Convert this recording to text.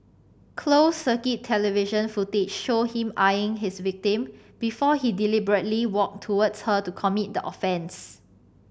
closed circuit television footage showed him eyeing his victim before he deliberately walked towards her to commit the offence